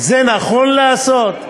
זה נכון לעשות?